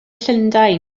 llundain